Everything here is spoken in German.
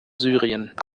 syrien